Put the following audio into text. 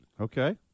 okay